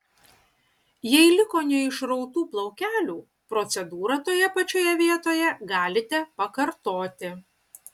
jei liko neišrautų plaukelių procedūrą toje pačioje vietoje galite pakartoti